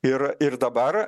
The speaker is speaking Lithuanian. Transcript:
ir ir dabar